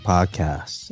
Podcast